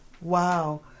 wow